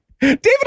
david